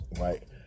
Right